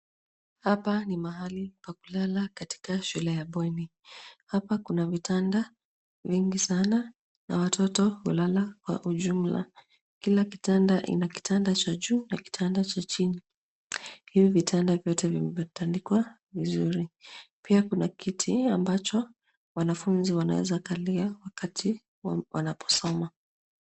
Hapa ni mahali pa kulala katika shule ya bweni. Hapa kuna vitanda vingi sana na watoto hulala kwa ujumla. Kila kitanda ina kitanda cha juu na kitanda cha chini. Hivi vitanda vyote vimetandikwa vizuri. Pia kuna kiti ambacho wanafunzi wanaweza kalia wakati wanaposoma.